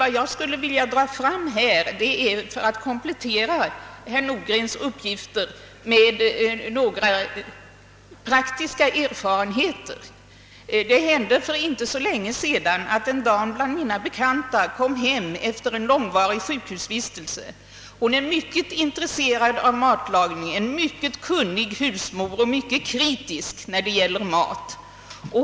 Vad jag skulle vilja anföra för att komplettera herr Nordgrens uppgifter är några personliga erfarenheter. Det hände för inte så länge sedan att en dam bland mina bekanta kom hem efter en långvarig sjukhusvistelse. Hon är mycket intresserad av matlagning, en mycket kunnig husmor och mycket kritisk när det gäller mat.